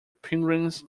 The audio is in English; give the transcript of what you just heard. pilgrims